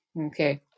Okay